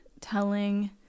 telling